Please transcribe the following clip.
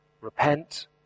Repent